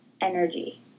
energy